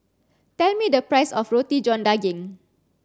tell me the price of Roti John Daging